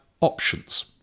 options